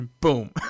Boom